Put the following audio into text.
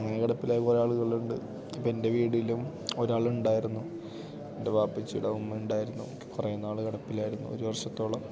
അങ്ങനെ കിടപ്പിലായി കുറേ ആളുകൾ ഉണ്ട് ഇപ്പം എൻ്റെ വീട്ടിലും ഒരാൾ ഉണ്ടായിരുന്നു എൻ്റെ ബാപ്പച്ചിയുടെ ഉമ്മ ഉണ്ടായിരുന്നു കുറേ നാൾ കിടപ്പിലായിരുന്നു ഒരു വർഷത്തോളം